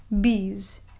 Bees